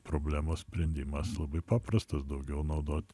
problemos sprendimas labai paprastas daugiau naudot